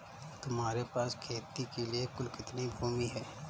तुम्हारे पास खेती के लिए कुल कितनी भूमि है?